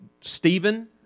Stephen